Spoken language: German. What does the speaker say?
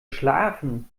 schlafen